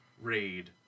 raid